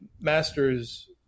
master's